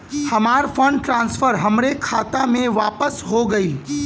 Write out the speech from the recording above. हमार fund transfer हमरे खाता मे वापस हो गईल